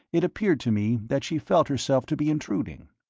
it appeared to me that she felt herself to be intruding.